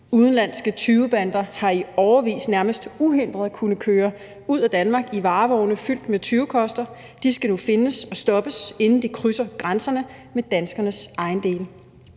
Udenlandske tyvebander har i årevis nærmest uhindret kunnet køre ud af Danmark i varevogne fyldt med tyvekoster. De skal nu findes og stoppes, inden de krydser grænserne med danskernes ejendele.